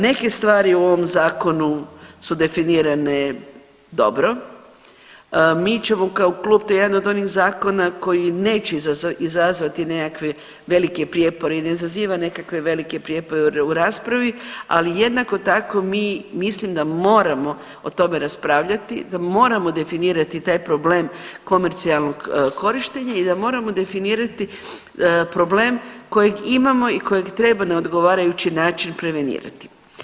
Neke stvari u ovom Zakonu su definirane dobro, mi ćemo kao klub, to je jedan od onih zakona koji neće izazvati nekakve velike prijepore i ne izaziva nekakve velike prijepore u raspravi, ali jednako tako mi mislim da moramo o tome raspravljati, da moramo definirati taj problem komercijalnog korištenja i da moramo definirati problem kojeg imamo i kojeg treba na odgovarajući način prevenirati.